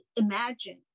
imagine